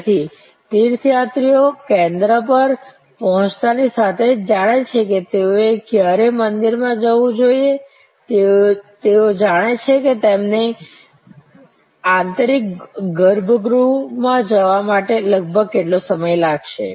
તેથી તીર્થયાત્રીઓ કેન્દ્ર પર પહોંચતાની સાથે જ જાણે છે કે તેઓએ ક્યારે મંદિરમાં જવું જોઈએ તેઓ જાણે છે કે તેમને આંતરિક ગર્ભગૃહમાં જવા માટે લગભગ કેટલો સમય લાગશે